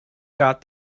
got